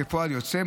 כפועל יוצא,